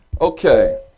Okay